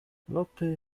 lotte